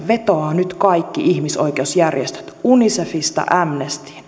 vetoavat nyt kaikki ihmisoikeusjärjestöt unicefista amnestyyn